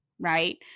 right